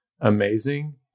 amazing